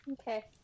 Okay